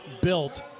built